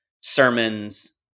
sermons